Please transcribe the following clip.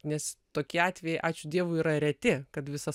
nes tokie atvejai ačiū dievui yra reti kad visą